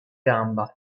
gamba